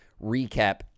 Recap